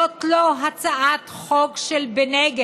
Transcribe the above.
זאת לא הצעת חוק של בנגד,